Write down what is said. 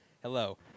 Hello